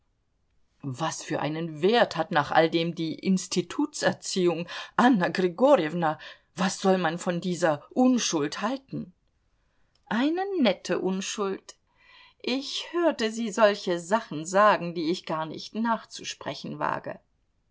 was für einen wert hat nach alledem die institutserziehung anna grigorjewna was soll man von dieser unschuld halten eine nette unschuld ich hörte sie solche sachen sagen die ich gar nicht nachzusprechen wage